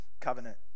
covenant